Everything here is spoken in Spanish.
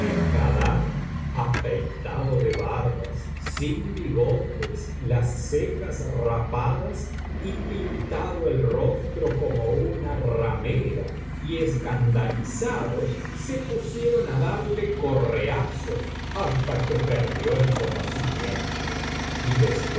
á el haddar afeitado de barbas sin bigotes las cejas rapadas y pintado el rostro como una ramera y escandalizados se pusieron á darle biblioteca valenciana generalitat valenciana historia del jorobado correazos hasta que perdió el conocimiento y después le